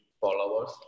followers